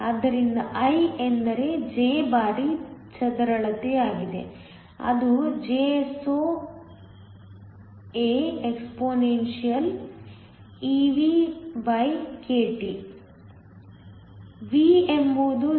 ಆದ್ದರಿಂದ I ಎಂದರೆ J ಬಾರಿ ಚದರಳತೆಯಾಗಿದೆ ಅದು Jso A expeVkT V ಎಂಬುದು 0